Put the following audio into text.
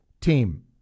team